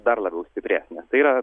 dar labiau stiprės nes tai yra